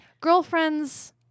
girlfriends